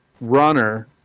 runner